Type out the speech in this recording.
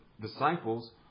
disciples